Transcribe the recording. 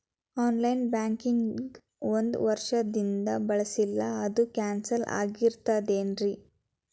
On line banking ಒಂದ್ ವರ್ಷದಿಂದ ಬಳಸಿಲ್ಲ ಅದು ಕ್ಯಾನ್ಸಲ್ ಆಗಿರ್ತದೇನ್ರಿ?